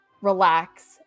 relax